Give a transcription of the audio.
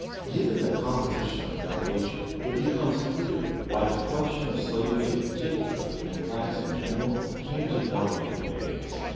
given the composition of the delegation it becomes clear why the question of slavery in particular and blacks in general came to dominate the debates.